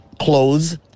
clothes